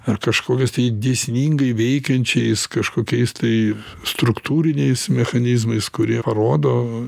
ar kažkokiais tai dėsningai veikiančiais kažkokiais tai struktūriniais mechanizmais kurie parodo